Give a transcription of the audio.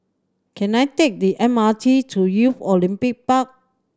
can I take the M R T to Youth Olympic Park